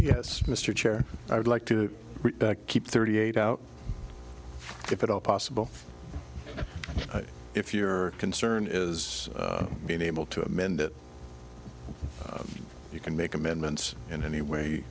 yes mr chair i would like to keep thirty eight out if at all possible if your concern is being able to amend it you can make amendments in any way